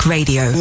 Radio